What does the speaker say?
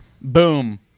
Boom